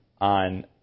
on